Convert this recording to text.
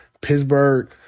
Pittsburgh